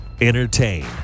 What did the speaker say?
Entertain